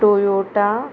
Toyota